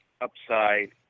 upside